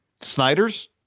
Snyder's